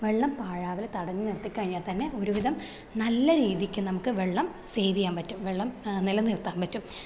വെള്ളം പാഴാവാൽ തടഞ്ഞു നിര്ത്തി കഴിഞ്ഞാൽ തന്നെ ഒരു വിധം നല്ലരീതിക്ക് നമുക്ക് വെള്ളം സേവ് ചെയ്യാൻ പറ്റും വെള്ളം നിലനിർത്താൻ പറ്റും